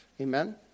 Amen